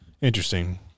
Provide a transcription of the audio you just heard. Interesting